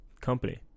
company